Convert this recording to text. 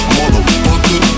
Motherfucker